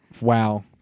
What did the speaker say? wow